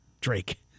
Drake